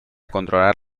controlar